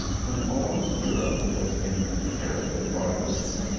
when all eu rope was in comparative barbarism.